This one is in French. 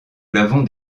l’avons